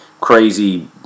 crazy